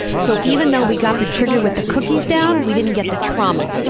so, even though we got the trigger with the cookies down, we didn't get the trauma.